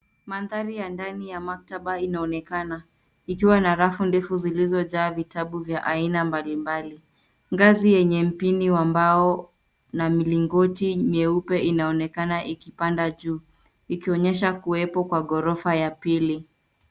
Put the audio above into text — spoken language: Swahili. Mandhari ya ndani ya maktaba inaonekana ikiwa na rafu ndefu zilizojaa vitabu vya aina mbalimbali. Ngazi yenye mpini wa mbao na milingoti mieupe inaonekana ikipanda juu, ikionyesha kuwepo kwa gorofa ya pili.